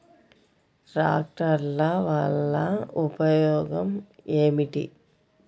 ట్రాక్టర్ల వల్ల ఉపయోగం ఏమిటీ?